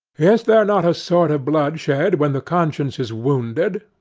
is there not a sort of blood shed when the conscience is wounded?